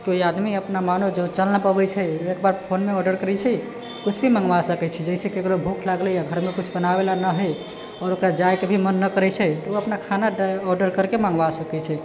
केओ आदमी मानो अपना चलि नहि पबैत छै एक बार फोनपे ऑर्डर करैत छै तऽ किछु भी मङ्गबा सकैत छै जैसे केकरो भूख लागलैया घरमे किछु बनाबै लऽ नहि हइ आओर ओकरा जायके भी मन नहि करैत छै तऽ ओ अपना खाना ऑर्डर करिके मङ्गबा सकैत छै